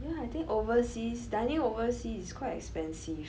you know I think overseas study overseas is quite expensive